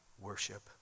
worship